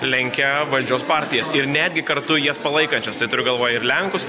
lenkia valdžios partijas ir netgi kartu jas palaikančios turiu galvoje ir lenkus